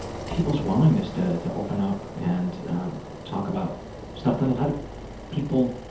people's willingness to to open up and talk about stuff that a lot of people